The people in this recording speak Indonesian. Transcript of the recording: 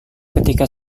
ketika